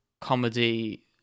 comedy